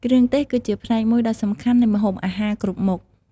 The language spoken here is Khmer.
គ្រឿងទេស គឺជាផ្នែកមួយដ៏សំខាន់នៃម្ហូបអាហារគ្រប់មុខ។